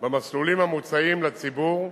במסלולים המוצעים לציבור,